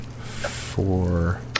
four